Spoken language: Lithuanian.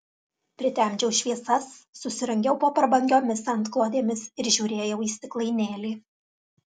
pritemdžiau šviesas susirangiau po prabangiomis antklodėmis ir žiūrėjau į stiklainėlį